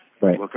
Right